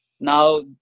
now